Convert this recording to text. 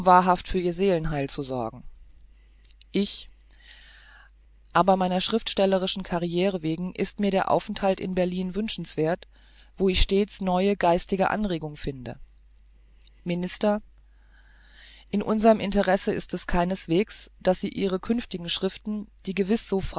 wahrhaft für ihr seelenheil zu sorgen ich aber meiner schriftstellerischen carriere wegen ist mir der aufenthalt in berlin wünschenswerth wo ich stets neue geistige anregung finde minister in uns'rem interesse ist es keineswegs daß sie ihre künftigen schriften die gewiß